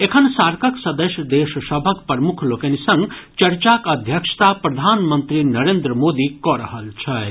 एखन सार्कक सदस्य देश सभक प्रमुख लोकनि संग चर्चाक अध्यक्षता प्रधानमंत्री नरेन्द्र मोदी कऽ रहल छथि